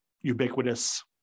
ubiquitous